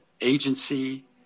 agency